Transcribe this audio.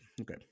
Okay